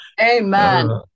Amen